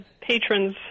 patrons